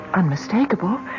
unmistakable